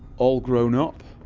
all grown up